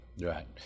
Right